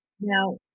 Now